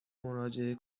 مراجعه